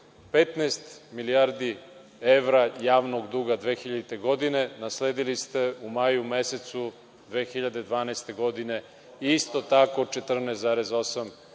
milijardi evra javnog duga 2000. godine nasledili ste u maju mesecu 2012. godine i isto tako 14,8 milijardi